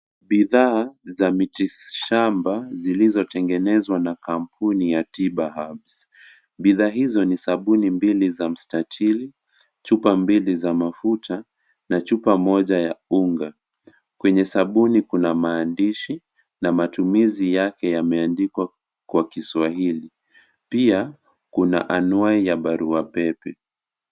Bidhaa za miti shamba zilizotengenezwa na kampuni ya Tiba Herbs . Bidhaa hizo ni sabuni mbili za mstatili chupa mbili za mafuta na chupa moja ya unga. Kwenye sabuni kuna maandishi na matumizi yake yameandikwa kwa kiswahili . Pia kuna anwai ya barua pepe.